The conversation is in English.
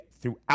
throughout